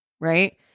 Right